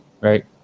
right